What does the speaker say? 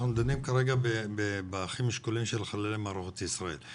אנחנו דנים כרגע באחים שכולים של חללי מערכות ישראל.